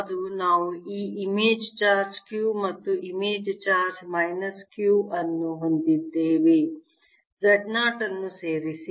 ಅದು ನಾವು ಈ ಇಮೇಜ್ ಚಾರ್ಜ್ q ಮತ್ತು ಇಮೇಜ್ ಚಾರ್ಜ್ ಮೈನಸ್ q ಅನ್ನು ಹೊಂದಿದ್ದೇವೆ Z0 ಅನ್ನು ಸೇರಿಸಿ